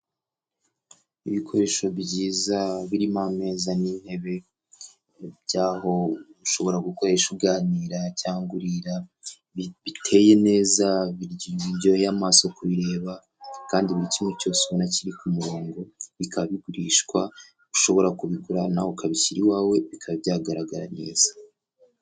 Ibikoresho byiza birimo ameza n'intebe byaho ushobora gukoresha uganira cyangwa urira biteye neza biryoheye amaso kubireba kandi na kimwe cyose ubona kiri ku murongo bikaba bigurishwa ushobora kubigurarana ukabishyira iwawe bikaba byagaragara neza.